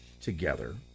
together